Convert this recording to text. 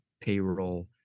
payroll